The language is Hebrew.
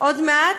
עוד מעט,